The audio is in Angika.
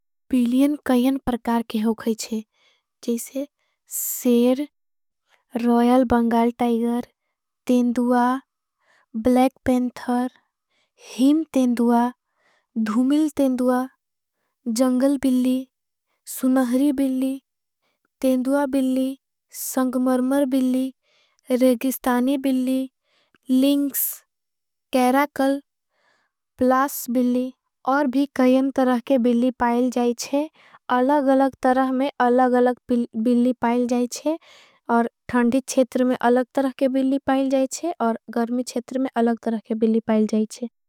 बिलियन कईयन परकार के होगाई चे जैसे सेर। रोयल बंगाल टाइगर, तेंद्वा, ब्लेक पेंथर हीम तेंद्वा। धुमिल तेंद्वा, जंगल बिल्ली, सुनहरी बिल्ली, तेंद्वा। बिल्ली, संगमरमर बिल्ली, रेकिस्तानी बिल्ली लिंक्स। कैराकल प्लास बिल्ली और भी कईयन तरह के बिल्ली। पाईल जाईचे अलग अलग तरह में अलग अलग पाईल। जाईचे और थंदी छेतर में अलग तरह के बिल्ली पाईल जाईचे। और गर्मी छेतर में अलग तरह के बिल्ली पाईल जाईचे।